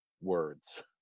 words